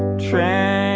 trying